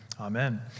amen